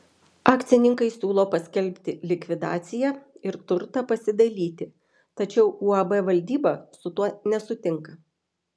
akcininkai siūlo paskelbti likvidaciją ir turtą pasidalyti tačiau uab valdyba su tuo nesutinka